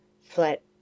flat